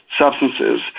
substances